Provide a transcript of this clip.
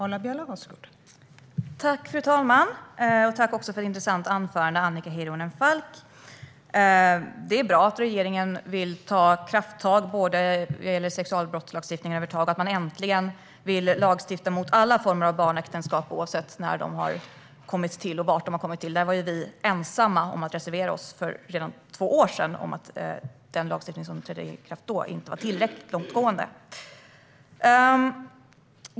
Fru talman! Jag tackar Annika Hirvonen Falk för ett intressant anförande. Det är bra att regeringen vill ta krafttag när det gäller sexualbrottslagstiftningen och att man äntligen vill lagstifta mot alla former av barnäktenskap, oavsett när de har kommit till och var de har kommit till. Vi var redan för två år sedan ensamma om att reservera oss i fråga om att den lagstiftning som då trädde i kraft inte var tillräckligt långtgående.